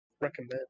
Recommend